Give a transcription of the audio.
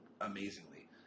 amazingly